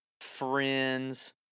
friends